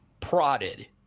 prodded